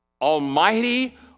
Almighty